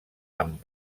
amb